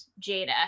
Jada